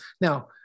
Now